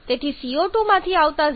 તેથી CO2 માંથી આવતા 0